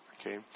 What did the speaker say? Okay